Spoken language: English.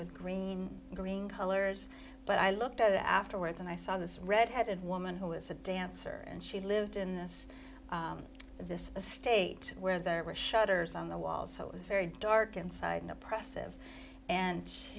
with green green colors but i looked at it afterwards and i saw this redheaded woman who was a dancer and she lived in this this a state where there were shutters on the walls so it was very dark inside an oppressive and he